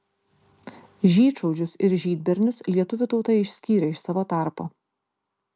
žydšaudžius ir žydbernius lietuvių tauta išskyrė iš savo tarpo